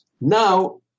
Now